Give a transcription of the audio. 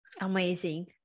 amazing